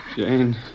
Jane